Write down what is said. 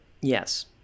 Yes